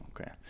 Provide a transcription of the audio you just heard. okay